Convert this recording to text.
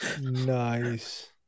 Nice